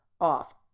off